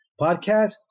podcast